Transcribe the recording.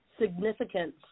significance